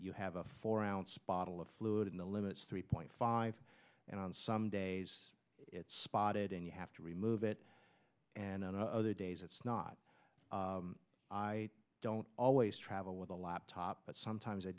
you have a four ounce bottle of fluid in the limits three point five and on some days it's spotted and you have to remove it and other days it's not i don't always travel with a laptop but sometimes i